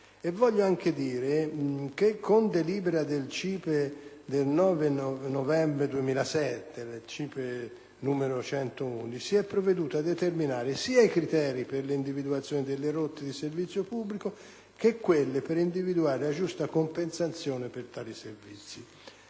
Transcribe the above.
Aggiungo che con delibera del CIPE del 9 novembre 2007, n. 111, si è provveduto a determinare sia i criteri per l'individuazione delle rotte di servizio pubblico che quelli per individuare la giusta compensazione per tali servizi.